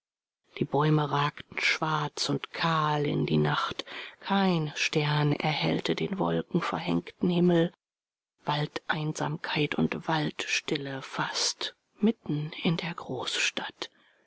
die bäume ragten schwarz und kahl in die nacht kein stern erhellte den wolkenverhängten himmel waldeinsamkeit und waldstille fast mitten in der großstadt